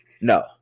No